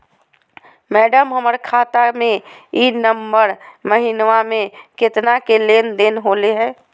madam, हमर खाता में ई नवंबर महीनमा में केतना के लेन देन होले है